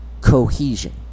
cohesion